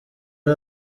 ari